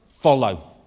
Follow